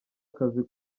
akazi